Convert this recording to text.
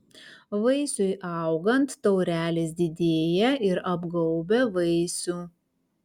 vaisiui augant taurelės didėja ir apgaubia vaisių